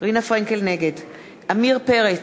נגד עמיר פרץ,